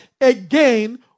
again